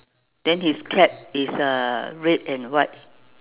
then his cap is uh red and white